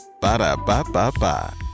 Ba-da-ba-ba-ba